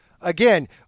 again